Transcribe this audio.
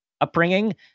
upbringing